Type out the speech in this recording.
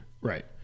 Right